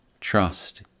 trust